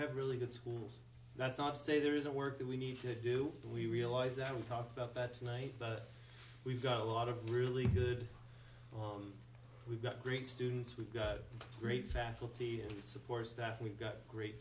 have really good schools that's not to say there isn't work that we need to do we realize that we talk about that tonight but we've got a lot of really good oh we've got great students we've got great faculty support staff we've got great